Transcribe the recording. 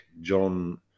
John